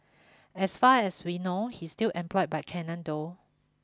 as far as we know he's still employed by Canon though